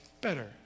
better